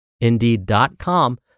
indeed.com